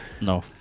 No